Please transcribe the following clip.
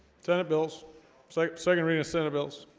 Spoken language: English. senate bills so second reading senate bills